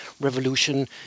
revolution